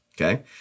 Okay